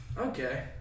Okay